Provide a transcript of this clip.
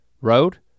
road